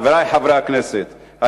חברי חברי הכנסת,